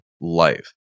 life